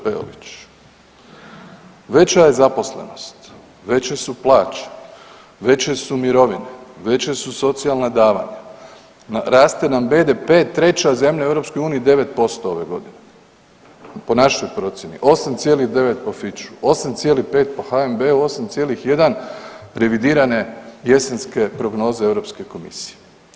Peović, veća je zaposlenost, veće su plaće, veće su mirovine, veća su socijalna davanja, raste nam BDP, treća zemlja u EU, 9% ove godine, po našoj procjeni, 8,9% Fitchu, 8,5 po HNB-u, 8,1 revidirane jesenske prognoze EU komisije.